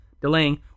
delaying